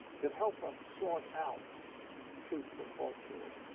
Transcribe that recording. that help us sort out truth from falsehood.